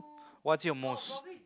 what's your most